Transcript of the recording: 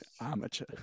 Amateur